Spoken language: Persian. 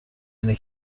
اینه